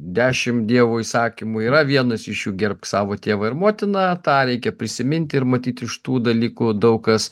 dešimt dievo įsakymų yra vienas iš jų gerbk savo tėvą ir motiną tą reikia prisiminti ir matyt iš tų dalykų daug kas